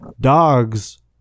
dogs